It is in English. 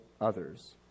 others